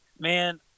Man